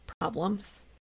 problems